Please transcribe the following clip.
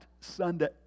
Sunday